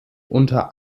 unter